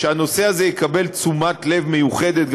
שהנושא הזה יקבל תשומת לב מיוחדת,